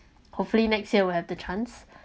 hopefully next year will have the chance